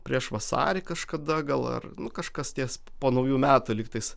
prieš vasarį kažkada gal ar nu kažkas ties po naujų metų lygtais